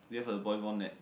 do you have a volleyball net